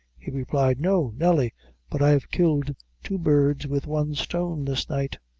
he replied no, nelly but i've killed two birds with one stone this night.